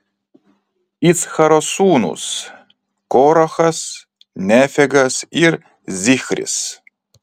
iccharo sūnūs korachas nefegas ir zichris